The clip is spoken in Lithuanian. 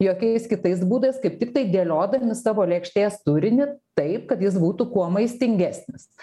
jokiais kitais būdais kaip tiktai dėliodami savo lėkštės turinį taip kad jis būtų kuo maistingesnis